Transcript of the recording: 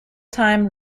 time